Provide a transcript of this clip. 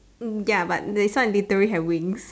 ya but this one literally have wings